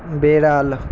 বেড়াল